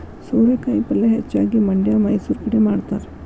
ಸೋರೆಕಾಯಿ ಪಲ್ಯೆ ಹೆಚ್ಚಾಗಿ ಮಂಡ್ಯಾ ಮೈಸೂರು ಕಡೆ ಮಾಡತಾರ